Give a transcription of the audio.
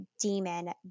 demon